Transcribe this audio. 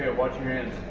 ah watch your hands.